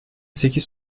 sekiz